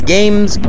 Games